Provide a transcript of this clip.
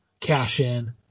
cash-in